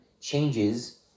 changes